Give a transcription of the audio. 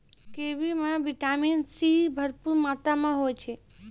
kiwi म vitamin C भरपूर मात्रा में होय छै